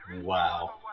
Wow